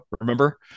remember